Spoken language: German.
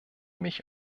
mich